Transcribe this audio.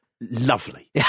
lovely